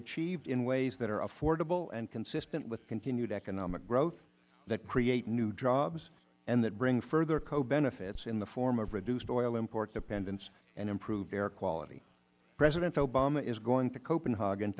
achieved in ways that are affordable and consistent with continued economic growth that create new jobs and that bring further co benefits in the form of reduced oil import dependence and improved air quality president obama is going to copenhagen